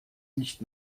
nicht